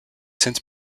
since